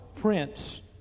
Prince